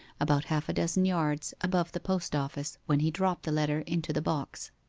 about half-a-dozen yards above the post-office, when he dropped the letter into the box.